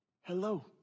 hello